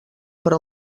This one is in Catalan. però